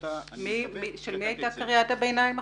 של מי הייתה קריאת הביניים עכשיו?